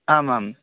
आम् आम्